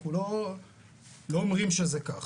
אנחנו לא אומרים שזה כך.